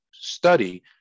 study